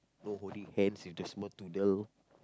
no holding hands with the small toddler